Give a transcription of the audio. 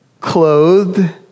clothed